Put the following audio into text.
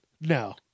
No